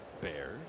Bears